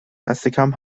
دستکم